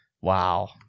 Wow